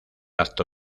acto